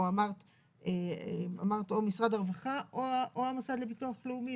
אמרת או משרד הרווחה או המוסד לביטוח לאומי,